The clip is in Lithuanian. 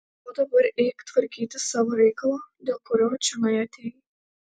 o dabar eik tvarkyti savo reikalo dėl kurio čionai atėjai